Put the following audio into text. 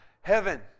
Heaven